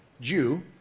Jew